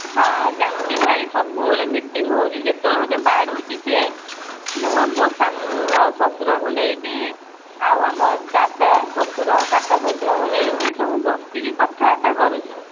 ହଁ ଜାତି ଭାଇ ସବୁବେଳେ ମିଟିଙ୍ଗ୍ ହେଉଛି ଯେତେବେଲେ ମୋତେ ବାଡ଼ଉଛି ସେ ମୁଁ ଆଉ ମୋ ଶାଶୁ ଆଉ ଶ୍ଵଶୁରକୁ ନେଇକି ଆଉ ଆମ ଦାଦା ଶ୍ଵଶୁର କାକା ଶ୍ଵଶୁରକୁ ନେଇକି ସବୁ ବସିକି କଥାବାର୍ତ୍ତା କରୁଛୁ